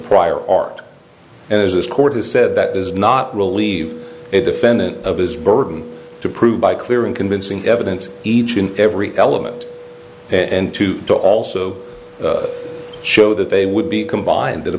prior art and as this court has said that does not relieve a defendant of his burden to prove by clear and convincing evidence each and every element and two to also show that they would be combined that a